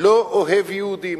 לא אוהב יהודים.